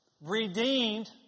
redeemed